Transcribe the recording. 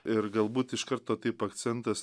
ir galbūt iš karto taip akcentas